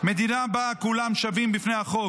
מדינה שבה כולם שווים בפני החוק,